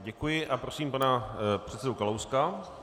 Děkuji a prosím pana předsedu Kalouska.